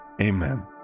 Amen